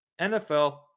NFL